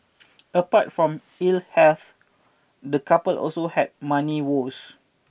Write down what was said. apart from ill health the couple also had money woes